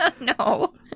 No